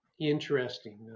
interesting